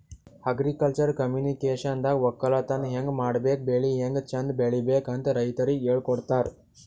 agriculture ಕಮ್ಯುನಿಕೇಷನ್ದಾಗ ವಕ್ಕಲತನ್ ಹೆಂಗ್ ಮಾಡ್ಬೇಕ್ ಬೆಳಿ ಹ್ಯಾಂಗ್ ಚಂದ್ ಬೆಳಿಬೇಕ್ ಅಂತ್ ರೈತರಿಗ್ ಹೇಳ್ಕೊಡ್ತಾರ್